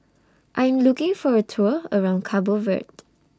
I Am looking For A Tour around Cabo Verde